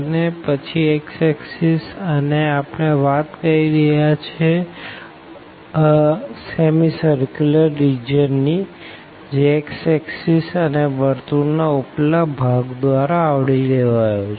અને પછી x axis અને આપણે વાત કરી રહયા છે અર્ધ ગોળ પ્રદેશની જે x axis અને સર્કલ ના ઉપલા ભાગ દ્વારા આવરી લેવાયો છે